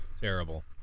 Terrible